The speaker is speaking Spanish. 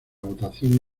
votación